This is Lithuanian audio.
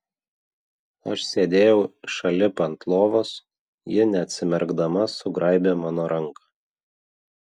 aš sėdėjau šalip ant lovos ji neatsimerkdama sugraibė mano ranką